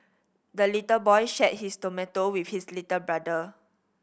the little boy shared his tomato with his little brother